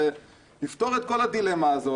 זה יפתור את כל הדילמה הזאת,